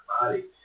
body